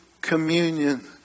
communion